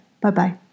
Bye-bye